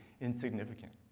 insignificant